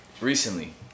recently